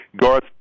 Garth